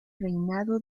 reinado